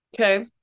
Okay